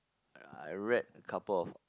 I read couple of